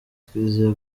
twizeye